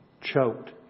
choked